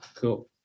Cool